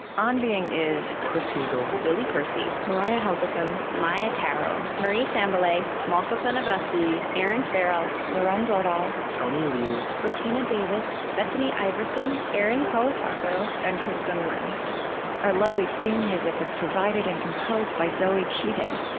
on being is chris heagle, lily percy, mariah helgeson, maia tarrell, marie sambilay, malka fenyvesi, erinn farrell, lauren dordal, tony liu, brettina davis, bethany iverson, erin colasacco, and kristin lin our lovely theme music is provided and composed by zoe keating.